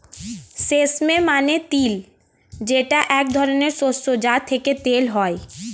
sesame মানে তিল যেটা এক ধরনের শস্য যা থেকে তেল হয়